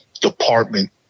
department